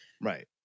Right